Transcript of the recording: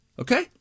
Okay